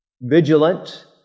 vigilant